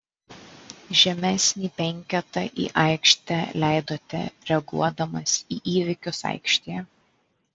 žemesnį penketą į aikštę leidote reaguodamas į įvykius aikštėje